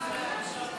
חוק